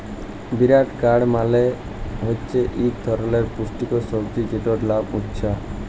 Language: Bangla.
বিটার গাড় মালে হছে ইক ধরলের পুষ্টিকর সবজি যেটর লাম উছ্যা